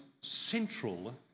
central